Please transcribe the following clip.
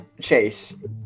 Chase